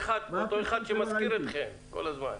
אחד שמזכיר אתכם כל הזמן.